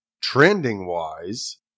trending-wise